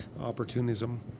opportunism